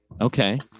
Okay